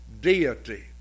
deity